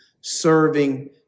serving